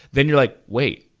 then you're like, wait.